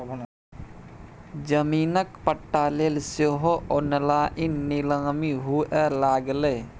जमीनक पट्टा लेल सेहो ऑनलाइन नीलामी हुअए लागलै